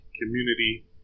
community